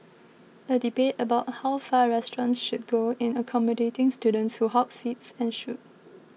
a debate about how far restaurants should go in accommodating students who hog seats ensued